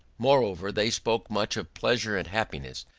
moreover, they spoke much of pleasure and happiness,